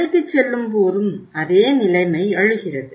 கடைக்குச் செல்லும்போதும் அதே நிலைமை எழுகிறது